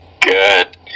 Good